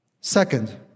Second